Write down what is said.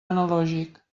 analògic